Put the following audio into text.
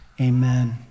Amen